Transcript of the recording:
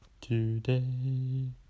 today